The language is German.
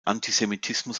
antisemitismus